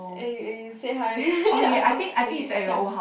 and you and you said hi uncle to him ya